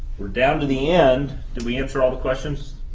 we're down to the end. did we answer all the questions?